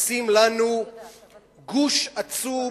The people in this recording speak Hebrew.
מכניסים לנו גוש עצום